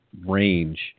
range